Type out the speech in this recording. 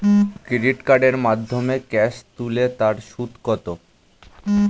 Credit কার্ডের মাধ্যমে cash তুলে তার সুদ কত?